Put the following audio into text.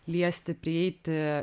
liesti prieiti